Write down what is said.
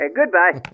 goodbye